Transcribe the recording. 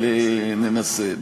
אבל ננסה.